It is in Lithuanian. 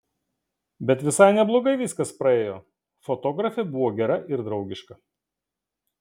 bet visai neblogai viskas praėjo fotografė buvo gera ir draugiška